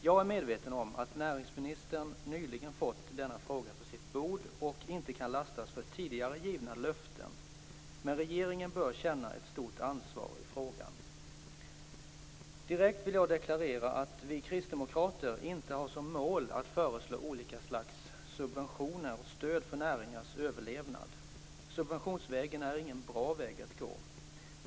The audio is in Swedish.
Jag är medveten om att näringsministern nyligen fått denna fråga på sitt bord och inte kan lastas för tidigare givna löften, men regeringen bör känna ett stort ansvar i frågan. Direkt vill jag deklarera att vi kristdemokrater inte har som mål att föreslå olika slags subventioner och stöd för näringars överlevnad. Subventionsvägen är ingen bra väg att gå.